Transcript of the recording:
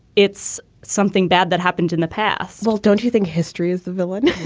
it's something bad that happened in the past. don't you think history is the villain?